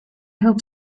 hope